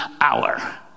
hour